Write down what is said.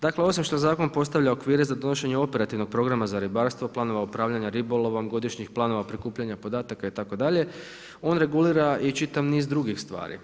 Dakle, osim što zakon postavlja okvire za donošenje operativnog programa za ribarstvo, planove upravljanja ribolovom, godišnjih planova prikupljanja podataka itd. on regulira i čitav niz drugih stvari.